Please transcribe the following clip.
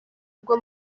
bwo